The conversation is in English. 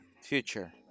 Future